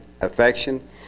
affection